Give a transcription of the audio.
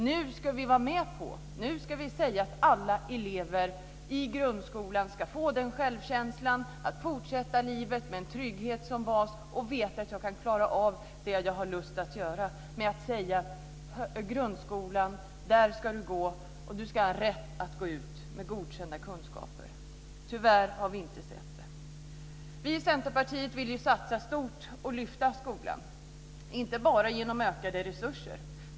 Nu ska vi vara med på att säga att alla elever i grundskolan ska få självkänsla och fortsätta i livet med en trygghet som bas och med vetskap om att man kan klara av vad man har lust att göra. Det handlar alltså om att säga: I grundskolan ska du gå och du ska ha rätt att gå ut med godkända kunskaper. Tyvärr har vi inte sett det. Vi i Centerpartiet vill satsa stort och lyfta skolan, men inte bara genom ökade resurser.